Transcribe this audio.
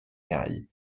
iau